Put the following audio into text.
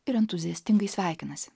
ir entuziastingai sveikinasi